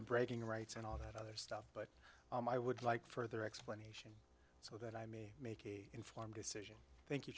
the bragging rights and all that other stuff but i would like further explanation so that i may make an informed decision thank you